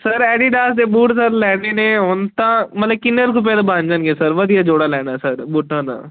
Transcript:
sir Adidas ਦੇ boot sir ਲੈਣੇ ਨੇ ਹੁਣ ਤਾਂ ਮਤਲਬ ਕਿੰਨੇ ਕੁ ਰੁਪਏ ਦਾ ਬਣ ਜਾਣਗੇ ਸਰ ਵਧੀਆ ਜੋੜਾ ਲੈਣਾ ਸਰ ਬੂਟਾਂ ਦਾ